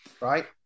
right